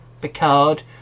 Picard